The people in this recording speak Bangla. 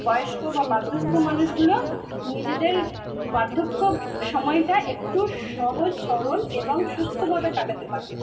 বয়স্ক বা বার্ধক্য মানুষগুলো নিজেদের বার্ধক্য সময়টা একটু সহজ সরল এবং সুস্থভাবে কাটাতে পারতো